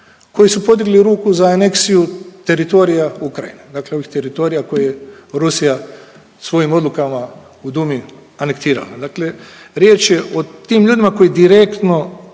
koji su podigli ruku za aneksiju teritorija Ukrajine. Dakle, ovih teritorija koje Rusija svojim odlukama u Dumi anektirala. Dakle, riječ je o tim ljudima koji direktno